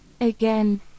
Again